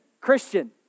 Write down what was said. Christian